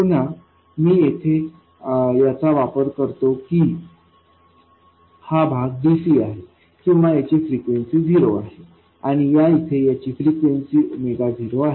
पुन्हा मी येथे याचा वापर करतो की हा भाग dc आहे किंवा याची फ्रिक्वेन्सी झिरो आहे आणि या येथे याची फ्रिक्वेन्सी 0आहे